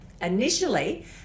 initially